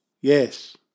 Yes